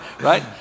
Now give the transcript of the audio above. right